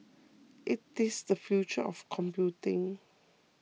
it is the future of computing